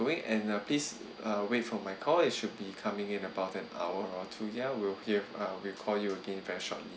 going and uh please wait for my call it should be coming in about an hour or two ya we'll hear uh we'll call you again very shortly